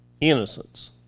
innocence